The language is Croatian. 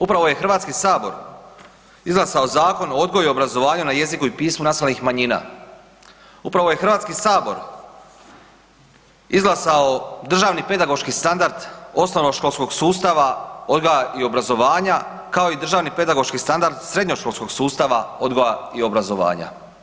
Upravo je Hrvatski sabor izglasao Zakon o odgoju i obrazovanju na jeziku i pismu nacionalnih manjina, upravo je Hrvatski sabor izglasao državni pedagoški standard osnovnoškolskog sustava odgoja i obrazovanja kao i državni pedagoški standard srednjoškolskog sustava odgoja i obrazovanja.